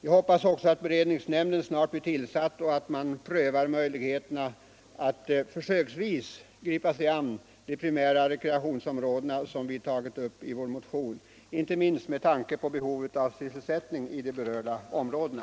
Jag hoppas också att beredningsnämnden snart blir tillsatt och att den prövar möjligheten att försöksvis gripa sig an de primära rekreationsområdena, inom Mellanljusnan och södra Dalälven, inte minst med tanke på behovet av sysselsättning i de berörda områdena.